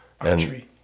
Archery